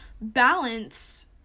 balance